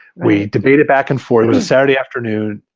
we debated back and forth it was a saturday afternoon.